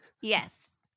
Yes